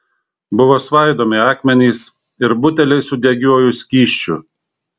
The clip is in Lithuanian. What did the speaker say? buvo svaidomi akmenys ir buteliai su degiuoju skysčiu